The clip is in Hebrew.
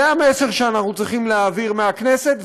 זה המסר שאנחנו צריכים להעביר מהכנסת,